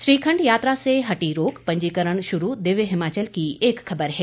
श्रीखंड यात्रा से हटी रोक पंजीकरण शुरू दिव्य हिमाचल की एक खबर है